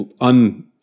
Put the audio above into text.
un